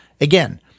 Again